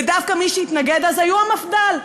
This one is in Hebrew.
ודווקא מי שהתנגדו אז היו המפד"ל,